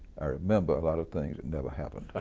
i remember a lot of things that never happened.